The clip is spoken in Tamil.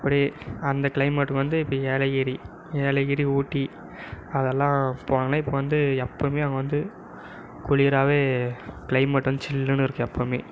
அப்படே அந்த கிளைமேட் வந்து இப்போ ஏலகிரி ஏலகிரி ஊட்டி அதெல்லான் இப்போ வந்து எப்போமே அங்கே வந்து குளிராகவே கிளைமெட் வந்து சில்லுனுயிருக்கும் எப்போமே